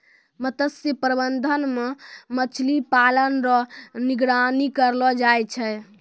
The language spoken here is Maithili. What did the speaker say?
मत्स्य प्रबंधन मे मछली पालन रो निगरानी करलो जाय छै